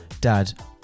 Dad